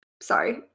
Sorry